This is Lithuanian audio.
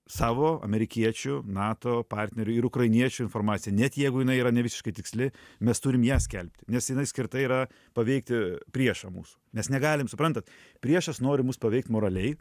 savo amerikiečių nato partnerių ir ukrainiečių informacija net jeigu jinai yra nevisiškai tiksli mes turim ją skelbti nes jinai skirta yra paveikti priešą mūsų mes negalim suprantat priešas nori mus paveikt moraliai